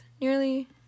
nearly